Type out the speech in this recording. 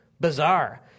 Bizarre